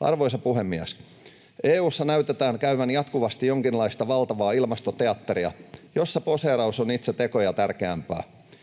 Arvoisa puhemies! EU:ssa näkyy käytävän jatkuvasti jonkinlaista valtavaa ilmastoteatteria, jossa poseeraus on itse tekoja tärkeämpää.